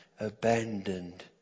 abandoned